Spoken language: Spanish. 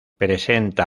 presenta